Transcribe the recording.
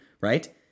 right